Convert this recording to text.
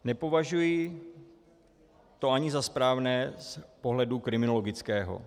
Nepovažuji to ani za správné z pohledu kriminologického.